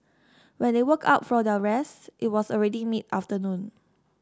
when they woke up from their rest it was already mid afternoon